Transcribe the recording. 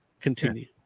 Continue